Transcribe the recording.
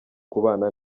kubana